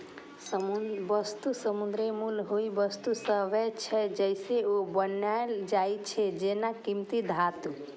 वस्तु मुद्राक मूल्य ओइ वस्तु सं आबै छै, जइसे ओ बनायल जाइ छै, जेना कीमती धातु